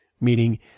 meaning